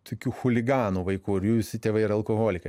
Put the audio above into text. tokių chuliganų vaikų ir jų visų tėvai yra alkoholikai